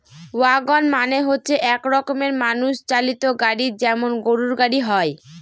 wagon মানে হচ্ছে এক রকমের মানুষ চালিত গাড়ি যেমন গরুর গাড়ি হয়